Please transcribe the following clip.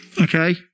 okay